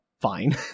fine